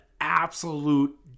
absolute